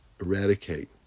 eradicate